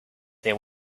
there